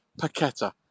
Paqueta